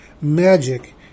magic